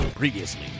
Previously